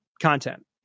content